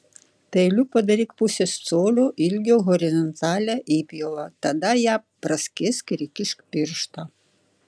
peiliu padaryk pusės colio ilgio horizontalią įpjovą tada ją praskėsk ir įkišk pirštą